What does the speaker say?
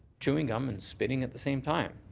chewing gum and spitting at the same time.